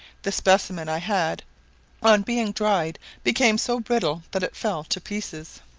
the specimen i had on being dried became so brittle that it fell to pieces.